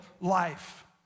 life